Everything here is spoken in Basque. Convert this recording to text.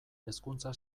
hezkuntza